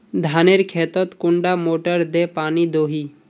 धानेर खेतोत कुंडा मोटर दे पानी दोही?